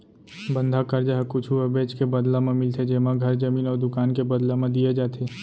बंधक करजा ह कुछु अबेज के बदला म मिलथे जेमा घर, जमीन अउ दुकान के बदला म दिये जाथे